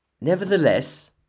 Nevertheless